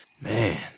man